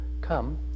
come